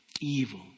evil